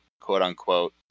quote-unquote